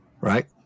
right